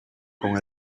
con